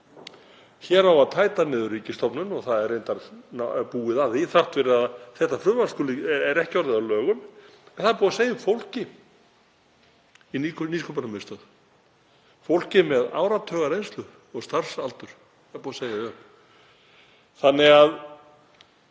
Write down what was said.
Hér á að tæta niður ríkisstofnun og það er reyndar búið að því, þrátt fyrir að þetta frumvarp sé ekki orðið að lögum. Það er búið að segja upp fólki hjá Nýsköpunarmiðstöð, fólki með áratugareynslu og -starfsaldur, það er búið að segja því